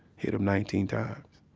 hit him nineteen times